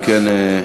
בבקשה.